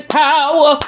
power